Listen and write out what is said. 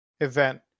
event